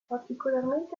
particolarmente